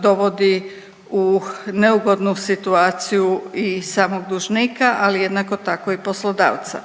dovodi u neugodnu situaciju i samog dužnika ali jednako tako i poslodavca.